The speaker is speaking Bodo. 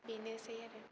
बेनोसै आरो